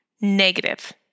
negative